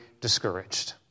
discouraged